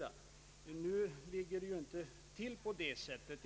Nu ligger det inte till på det sättet.